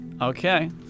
Okay